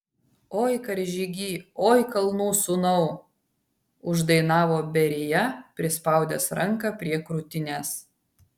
oi karžygy oi kalnų sūnau uždainavo berija prispaudęs ranką prie krūtinės